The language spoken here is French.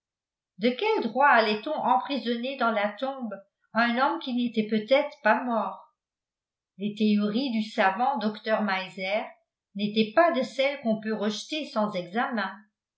de quel droit allait on emprisonner dans la tombe un homme qui n'était peut-être pas mort les théories du savant docteur meiser n'étaient pas de celles qu'on peut rejeter sans examen